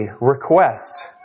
request